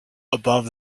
above